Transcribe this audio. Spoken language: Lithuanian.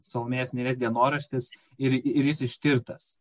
salomėjos nėries dienoraštis ir ir jis ištirtas